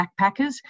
backpackers